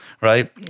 right